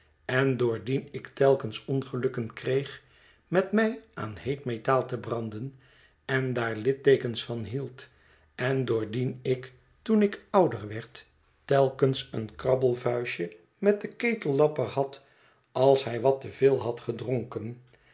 en doordien ik telkens ongelukken kreeg met mij aan heet metaal te branden en daar litteekens van hield en doordien ik toen ik ouder werd telkens een krabbel vuistje met den ketellapper had als hij wat te veel had gedronken